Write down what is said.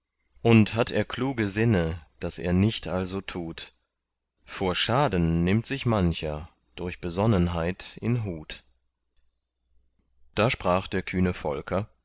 und hat er kluge sinne daß er nicht also tut vor schaden nimmt sich mancher durch besonnenheit in hut da sprach der kühne volker